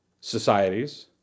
societies